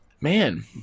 Man